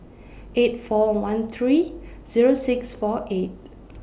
eight four one three Zero six four eight